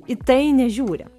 į tai nežiūri